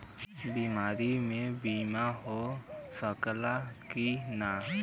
बीमारी मे बीमा हो सकेला कि ना?